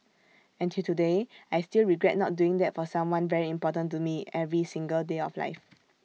and till today I still regret not doing that for someone very important to me every single day of life